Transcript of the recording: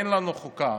אין לנו חוקה.